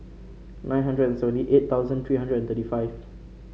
nine hundred and seventy eight thousand three hundred and thirty five